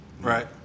right